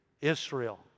Israel